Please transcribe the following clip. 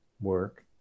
work